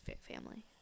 family